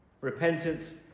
Repentance